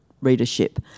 readership